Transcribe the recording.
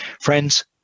friends